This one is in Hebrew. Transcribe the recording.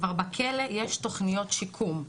כבר בכלא יש תכניות שיקום,